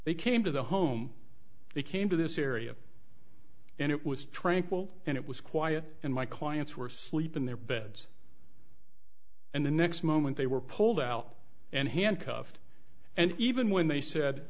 they came to the home they came to this area and it was tranquil and it was quiet and my clients were asleep in their beds and the next moment they were pulled out and handcuffed and even when they said